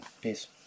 peace